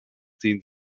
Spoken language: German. zehn